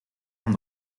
aan